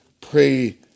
pray